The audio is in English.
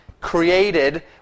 created